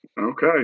Okay